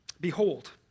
Behold